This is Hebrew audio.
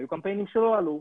והיו קמפיינים שלא עלו.